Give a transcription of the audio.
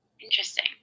interesting